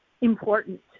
important